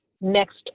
next